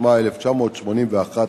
התשמ"א 1981,